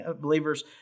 believers